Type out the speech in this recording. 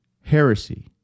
heresy